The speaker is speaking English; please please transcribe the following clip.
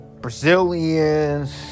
Brazilians